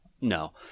no